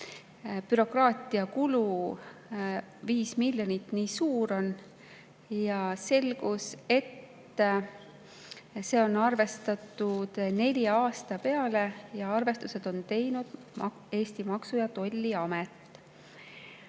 bürokraatiakulu nii suur on, 5 miljonit. Selgus, et see on arvestatud nelja aasta peale ja arvestused on teinud Eesti Maksu‑ ja Tolliamet.